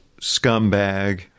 Scumbag